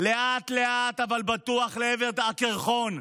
לאט-לאט אבל בטוח לעבר הקרחון,